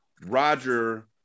Roger